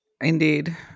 indeed